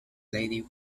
lady